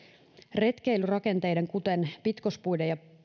retkeilyrakenteiden kuten pitkospuiden ja